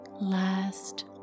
last